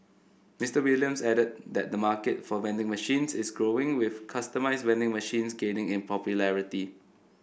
Mister Williams added that the market for vending machines is growing with customised vending machines gaining in popularity